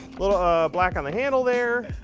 little ah black on the handle there,